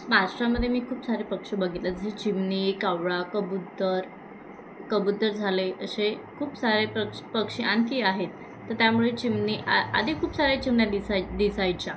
महारष्ट्रामध्ये मी खूप सारे पक्षी बघितले जसे चिमणी कावळा कबुतर कबुतर झाले असे खूप सारे पक्ष पक्षी आणखी आहेत तर त्यामुळे चिमणी आ आधी खूप साऱ्या चिमण्या दिसाय दिसायच्या